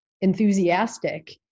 enthusiastic